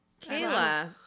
Kayla